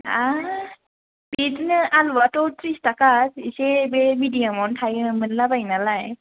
आरो बिदिनो आलुआथ' थ्रिस थाखा एसे बे मिदियामआवनो थायो मोनलायबायो नालाय